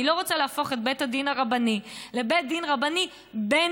אני לא רוצה להפוך את בית הדין הרבני לבית דין רבני בין-לאומי.